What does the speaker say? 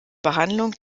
behandlung